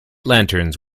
lanterns